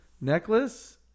necklace